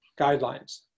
guidelines